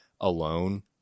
alone